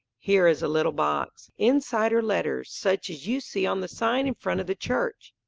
here is a little box. inside are letters, such as you see on the sign in front of the church.